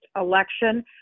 election